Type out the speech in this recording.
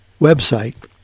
website